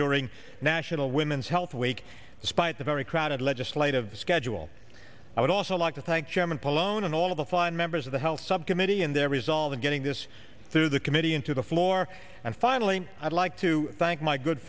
during national women's health week despite a very crowded legislative schedule i would also like to thank chairman pallone and all of the fine members of the health subcommittee and their resolve in getting this through the committee and to the floor and finally i'd like to thank my good